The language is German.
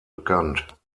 bekannt